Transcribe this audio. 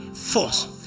Force